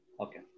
Okay